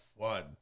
fun